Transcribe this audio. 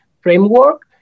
framework